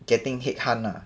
getting head hunt ah